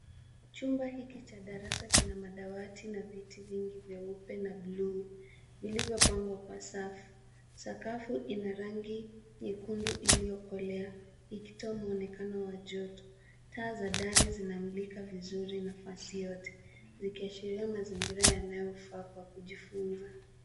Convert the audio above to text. Chumba hiki cha darasa kina madawati na viti vingi vyeupe na buluu, vilivyopangwa kwa safu. Sakafu ina rangi nyekundu iliyokolea, ikitoa mwonekano wa joto. Taa za dari zinamulika vizuri nafasi yote, zikiashiria mazingira yanayofaa kwa kujifunza.